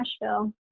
Nashville